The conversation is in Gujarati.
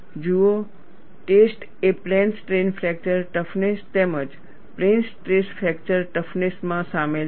જુઓ ટેસ્ટ એ પ્લેન સ્ટ્રેઈન ફ્રેક્ચર ટફનેસ તેમજ પ્લેન સ્ટ્રેસ ફ્રેક્ચર ટફનેસમાં સામેલ છે